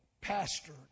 pastor